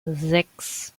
sechs